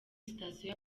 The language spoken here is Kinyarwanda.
sitasiyo